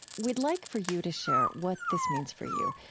we'd like for you to share what this means for you.